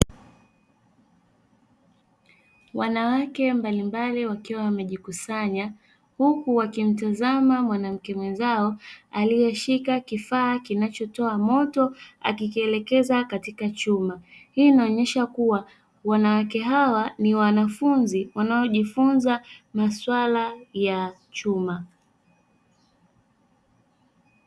Wanawake mbalimbali wakiwa wamejikusanya huku wakimtazama mwanamke mwenzao aliyeshika kifaa kinachotoa moto akikielekeza katika chuma, hii inaonyesha kuwa wanawake hawa ni wanafunzi wanaojifunza masuala ya chuma.